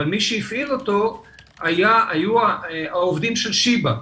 אבל מי שהפעיל אותו היו העובדים של שיבא.